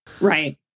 Right